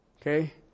Okay